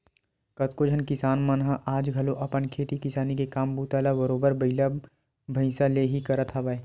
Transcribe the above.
कतको झन किसान मन ह आज घलो अपन खेती किसानी के काम बूता ल बरोबर बइला भइसा ले ही करत हवय